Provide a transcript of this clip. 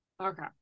Okay